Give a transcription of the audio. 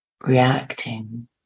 reacting